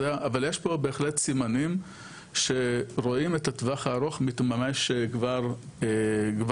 אבל יש פה בהחלט סימנים שרואים את הטווח הארוך מתממש כבר היום.